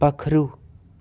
पक्खरू